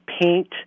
paint